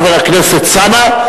חבר הכנסת אלסאנע,